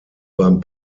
beim